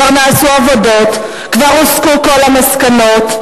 כבר נעשו עבודות, כבר הוסקו כל המסקנות.